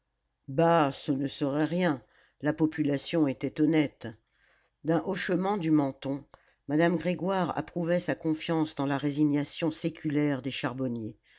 bah ce ne serait rien la population était honnête d'un hochement du menton madame grégoire approuvait sa confiance dans la résignation séculaire des charbonniers